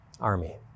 army